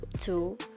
two